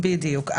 בדיוק.